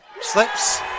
Slips